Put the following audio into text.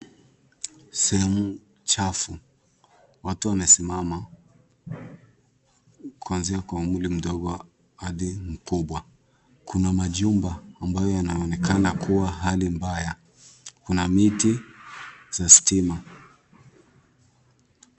Sehemu chafu. Watu wamesimama. Kuanzia kwa umri mdogo hadi mkubwa. Kuna majumba ambayo yanaonekana kuwa hali mbaya. Kuna miti, za stima.